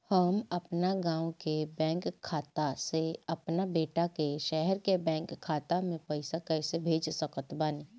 हम अपना गाँव के बैंक खाता से अपना बेटा के शहर के बैंक खाता मे पैसा कैसे भेज सकत बानी?